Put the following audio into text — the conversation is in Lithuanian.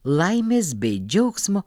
laimės bei džiaugsmo